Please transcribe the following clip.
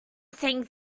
saying